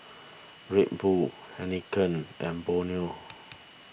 Red Bull Heinekein and Bonia